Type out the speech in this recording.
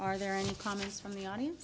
are there any comments from the audience